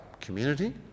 community